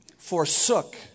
forsook